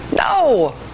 No